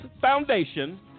foundation